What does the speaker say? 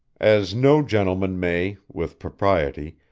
as no gentleman may, with propriety,